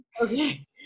Okay